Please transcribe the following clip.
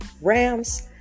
Rams